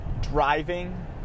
Driving